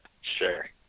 Sure